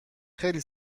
خیلی